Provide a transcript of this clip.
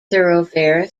thoroughfare